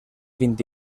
vint